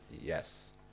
Yes